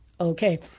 okay